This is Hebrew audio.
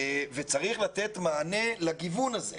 צריך לתת מענה לגיוון הזה.